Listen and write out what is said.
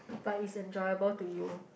but it's enjoyable to you